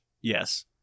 Yes